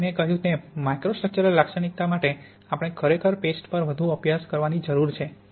હવે મેં કહ્યું તેમ માઇક્રોસ્ટ્રક્ચરલ લાક્ષણિકતા માટે આપણે ખરેખર પેસ્ટ પર વધુ અભ્યાસ કરવા ની જરૂર છે